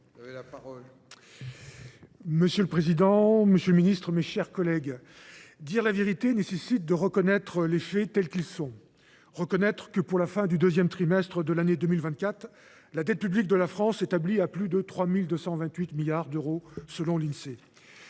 Monsieur le président, monsieur le ministre, mes chers collègues, dire la vérité exige de reconnaître les faits tels qu’ils sont. Reconnaître que, pour la fin du deuxième trimestre de l’année 2024, la dette publique de la France s’établit à plus de 3 228 milliards d’euros selon l’Insee.